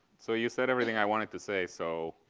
so you said everything i wanted to say. so